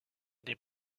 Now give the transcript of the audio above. des